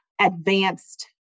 advanced